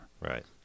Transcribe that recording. Right